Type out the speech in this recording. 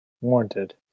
warranted